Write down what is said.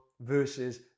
versus